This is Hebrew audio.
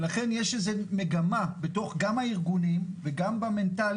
ולכן יש איזו מגמה גם בתוך הארגונים וגם במנטליות